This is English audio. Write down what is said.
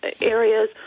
areas